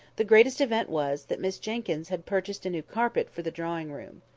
the greatest event was, that miss jenkyns had purchased a new carpet for the drawing-room.